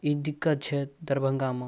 तऽ इ दिक्कत छथि दरभंगामे